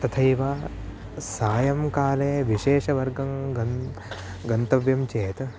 तथैव सायङ्काले विशेषवर्गं गन् गन्तव्यं चेत्